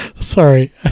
Sorry